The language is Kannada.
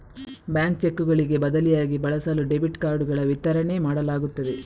ಬ್ಯಾಂಕ್ ಚೆಕ್ಕುಗಳಿಗೆ ಬದಲಿಯಾಗಿ ಬಳಸಲು ಡೆಬಿಟ್ ಕಾರ್ಡುಗಳ ವಿತರಣೆ ಮಾಡಲಾಗುತ್ತದೆ